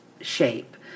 shape